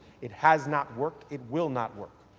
it has not worked. it will not work.